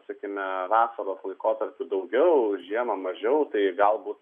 sakykime vasaros laikotarpiu daugiau žiemą mažiau tai galbūt